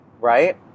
Right